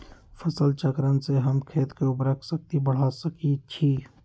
फसल चक्रण से हम खेत के उर्वरक शक्ति बढ़ा सकैछि?